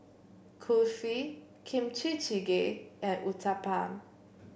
Kulfi Kimchi Jjigae and Uthapam